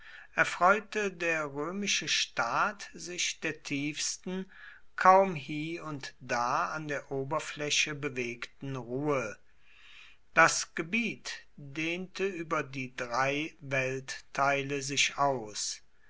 erfreute der römische staat sich der tiefsten kaum hie und da an der oberfläche bewegten ruhe das gebiet dehnte über die drei weltteile sich aus